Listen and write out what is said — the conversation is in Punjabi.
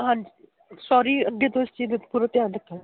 ਹਾਂਜੀ ਸੋਰੀ ਅੱਗੇ ਤੋਂ ਇਸ ਚੀਜ਼ ਦਾ ਪੂਰਾ ਧਿਆਨ ਰੱਖਾਂਗੇ